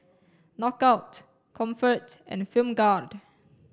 Knockout Comfort and Film